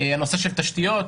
הנושא של תשתיות,